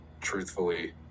truthfully